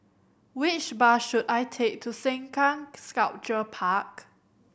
which bus should I take to Sengkang Sculpture Park